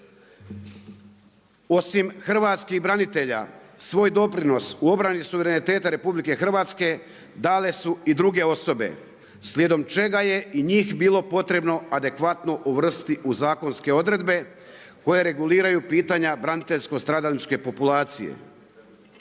osim hrvatskih branitelja, svoj doprinos u obrani suvereniteta RH dale su i druge osobe, slijedom čega je i njih bilo potrebno adekvatno uvrstiti u zakonske odredbe koje reguliraju pitanja braniteljsko stradalačke populacije.